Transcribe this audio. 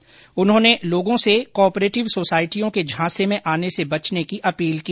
श्री गहलोत ने लोगों से को ऑपरेटिव सोसायटियों के झांसे में आने से बचने की अपील की